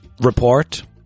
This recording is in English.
report